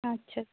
ᱟᱪᱪᱷᱟ